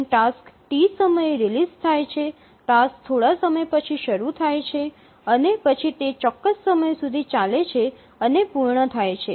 જેમ કે task T સમયે રીલિઝ થાય છે ટાસ્ક થોડા સમય પછી શરૂ થાય છે અને પછી તે ચોક્કસ સમય સુધી ચાલે છે અને પૂર્ણ થાય છે